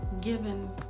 Given